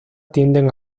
tienden